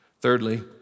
Thirdly